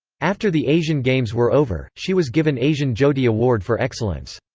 after the asian games were over, she was given asian jyoti award for excellence.